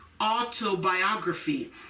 autobiography